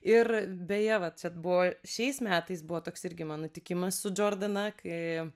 ir beje vat čia buvo šiais metais buvo toks irgi man nutikimas su džordana kai